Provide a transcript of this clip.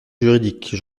juridique